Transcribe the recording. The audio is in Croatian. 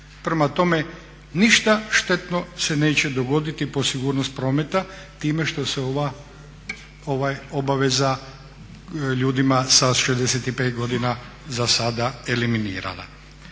Prema tome, ništa štetno se neće dogoditi po sigurnost prometa time što se ova obaveza ljudima sa 65 godina za sada eliminirala.